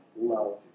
love